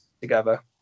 together